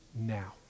now